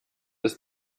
ist